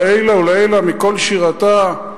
לעילא ולעילא מכל שירתא,